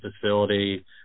facility